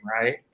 right